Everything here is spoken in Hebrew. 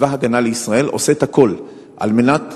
צבא-הגנה-לישראל עושה את הכול על מנת